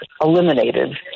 eliminated